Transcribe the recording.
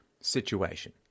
situation